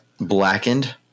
Blackened